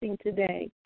today